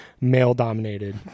male-dominated